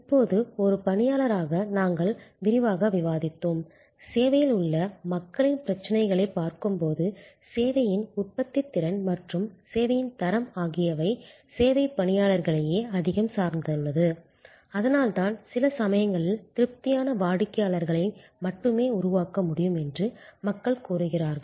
இப்போது ஒரு பணியாளராக நாங்கள் விரிவாக விவாதித்தோம் சேவையில் உள்ள மக்களின் பிரச்சினைகளைப் பார்க்கும்போது சேவையின் உற்பத்தித்திறன் மற்றும் சேவையின் தரம் ஆகியவை சேவை பணியாளர்களையே அதிகம் சார்ந்துள்ளது அதனால்தான் சில சமயங்களில் திருப்தியான வாடிக்கையாளர்களை மட்டுமே உருவாக்க முடியும் என்று மக்கள் கூறுகிறார்கள்